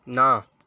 ਨਾ